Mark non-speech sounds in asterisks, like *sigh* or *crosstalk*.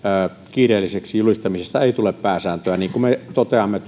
kiireelliseksi julistamisesta ei tule pääsääntöä niin kuin me toteamme *unintelligible*